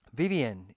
Vivian